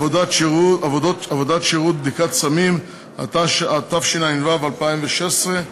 (עבודת שירות, בדיקות סמים), התשע"ו 2016,